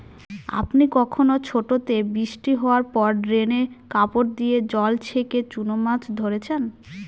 আপনি কখনও ছোটোতে বৃষ্টি হাওয়ার পর ড্রেনে কাপড় দিয়ে জল ছেঁকে চুনো মাছ ধরেছেন?